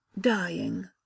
Dying